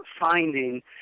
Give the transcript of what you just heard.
finding